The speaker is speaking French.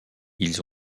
ils